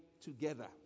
together